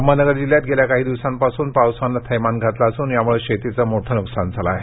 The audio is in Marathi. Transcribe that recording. अहमदनगर जिल्ह्यात गेल्या काही दिवसांपासून पावसाने थैमान घातले असून यामुळे शेतीचं मोठ नुकसान झालं आहे